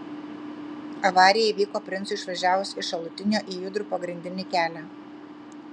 avarija įvyko princui išvažiavus iš šalutinio į judrų pagrindinį kelią